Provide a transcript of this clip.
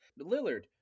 Lillard